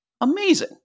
Amazing